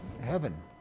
heaven